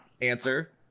answer